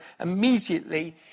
immediately